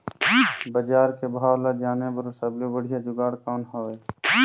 बजार के भाव ला जाने बार सबले बढ़िया जुगाड़ कौन हवय?